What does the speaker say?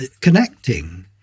connecting